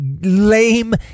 lame